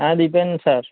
હા દીપેન સર